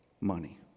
money